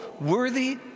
worthy